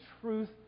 truth